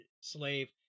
slave